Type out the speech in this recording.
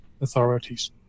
authorities